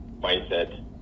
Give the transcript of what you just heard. Mindset